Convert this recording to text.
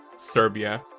serbia,